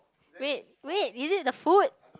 wait wait is it the foot